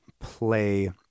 play